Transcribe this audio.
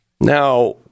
Now